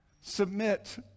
submit